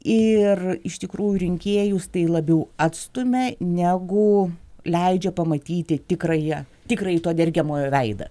ir iš tikrųjų rinkėjus tai labiau atstumia negu leidžia pamatyti tikrąją tikrąjį to dergiamojo veidą